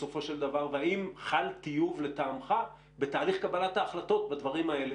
בסופו של דבר והאם חל טיוב לטעמך בתהליך קבלת ההחלטות בדברים האלה,